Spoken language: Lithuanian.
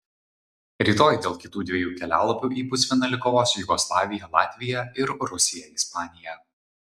rytoj dėl kitų dviejų kelialapių į pusfinalį kovos jugoslavija latvija ir rusija ispanija